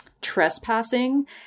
trespassing